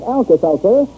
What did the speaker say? Alka-Seltzer